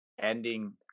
ending